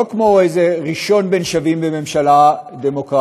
לא כמו ראשון בין שווים בממשלה דמוקרטית,